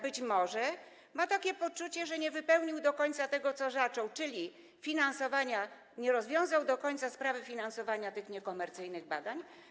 Być może ma takie poczucie, że nie wypełnił do końca tego, co zaczął, czyli nie rozwiązał do końca sprawy finansowania niekomercyjnych badań.